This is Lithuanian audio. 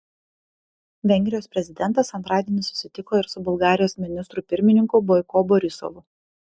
vengrijos prezidentas antradienį susitiko ir su bulgarijos ministru pirmininku boiko borisovu